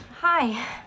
hi